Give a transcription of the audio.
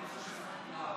בנושא של הפסיקה,